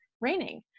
raining